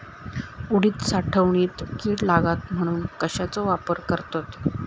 उडीद साठवणीत कीड लागात म्हणून कश्याचो वापर करतत?